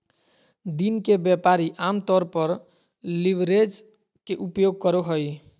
दिन के व्यापारी आमतौर पर लीवरेज के उपयोग करो हइ